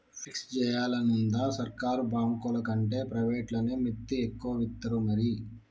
fix జేయాలనుందా, సర్కారు బాంకులకంటే ప్రైవేట్లనే మిత్తి ఎక్కువిత్తరు మరి